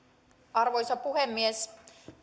arvoisa puhemies